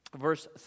verse